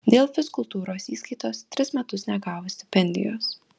dėl fizkultūros įskaitos tris metus negavo stipendijos